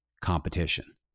competition